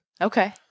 Okay